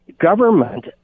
government